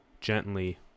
gently